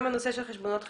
גם הנושא של חשבונות חשמל,